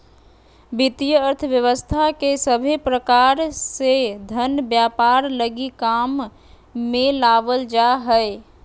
वित्तीय अर्थशास्त्र के सभे प्रकार से धन व्यापार लगी काम मे लावल जा हय